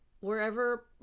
Wherever